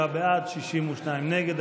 47 בעד, 62 נגד.